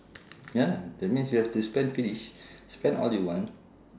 ya lah that means you have to spend finish spend all you want